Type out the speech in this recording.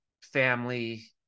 family